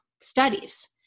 studies